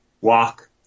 walk